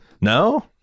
no